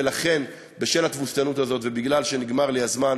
ולכן, בשל התבוסתנות הזאת, ומכיוון שנגמר לי הזמן,